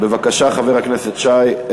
בבקשה, חבר הכנסת שי.